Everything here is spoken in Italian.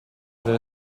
delle